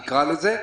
נקרא לזה,